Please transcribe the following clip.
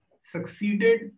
succeeded